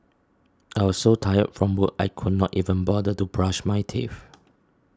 I was so tired from work I could not even bother to brush my teeth